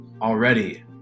already